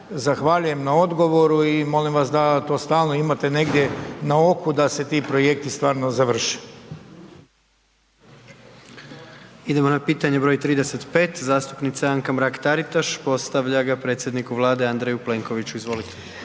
zahvaljujem na odgovoru i molim vas da to stalno imate negdje na oku da se ti projekti stvarno završe. **Jandroković, Gordan (HDZ)** Idemo na pitanje br. 35., zastupnica Anka Mrak TAritaš, postavlja ga predsjedniku Vlade Andreju Plenkoviću. Izvolite.